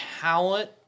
talent